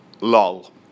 Lol